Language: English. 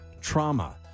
trauma